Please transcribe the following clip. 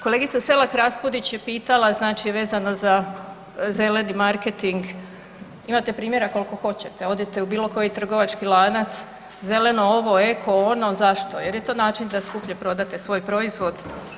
Kolega Selak Raspudić je pitala znači vezano za zeleni marketing, imate primjera koliko hoćete, odete u bilokoji trgovački lanac, zeleno ovo, eko ono, zašto, jer je to način da skuplje prodate svoj proizvod.